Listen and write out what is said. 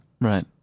Right